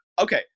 okay